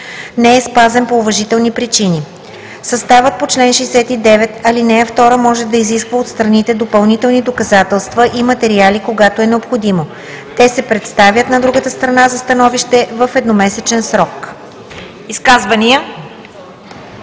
не е спазен по уважителни причини. Съставът по чл. 69, ал. 2 може да изисква от страните допълнителни доказателства и материали, когато е необходимо. Те се представят на другата страна за становище в едномесечен срок.“